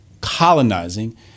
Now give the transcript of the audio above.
colonizing